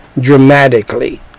dramatically